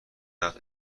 وقت